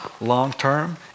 long-term